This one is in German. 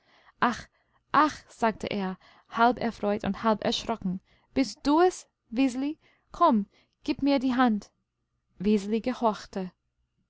ach sagte er halb erfreut und halb erschrocken bist du es wiseli komm gib mir die hand wiseli gehorchte